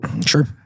Sure